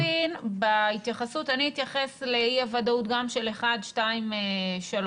אני אתייחס לאי הוודאות גם של 1, 2, 3,